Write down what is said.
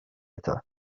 eto